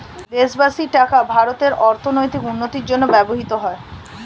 দেশবাসীর টাকা ভারতের অর্থনৈতিক উন্নতির জন্য ব্যবহৃত হয়